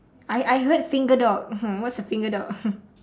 I I heard single dog what's a single dog